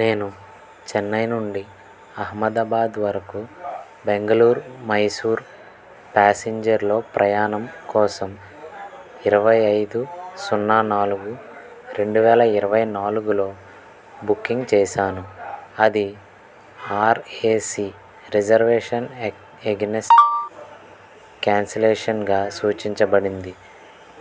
నేను చెన్నై నుండి అహ్మదాబాదు వరకు బెంగుళూర్రు మైసూరు ప్యాసింజర్లో ప్రయాణం కోసం ఇరవై ఐదు సున్నా నాలుగు రెండు వేల ఇరవై నాలుగులో బుకింగ్ చేశాను అది ఆర్ఏసీ రిజర్వేషన్ ఎగైనెస్ట్ క్యాన్సిలేషన్గా సూచించబడింది